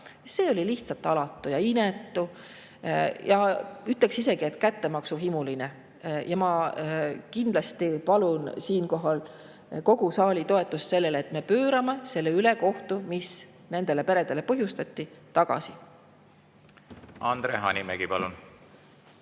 –, olid lihtsalt alatud ja inetud, ja ütleksin isegi, et kättemaksuhimulised. Ma kindlasti palun siinkohal kogu saali toetust sellele, et pöörata see ülekohus, mis nendele peredele põhjustati, tagasi. Andre Hanimägi, palun!